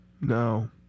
No